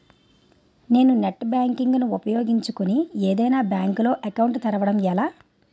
నేను net banking ను ఉపయోగించుకుని ఏదైనా బ్యాంక్ లో అకౌంట్ తెరవడం ఎలా?